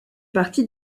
partie